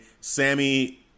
Sammy